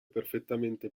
perfettamente